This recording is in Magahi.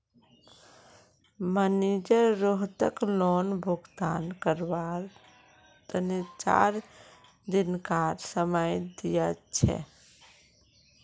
मनिजर रोहितक लोन भुगतान करवार तने चार दिनकार समय दिया छे